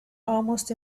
almost